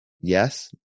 yes